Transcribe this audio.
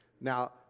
Now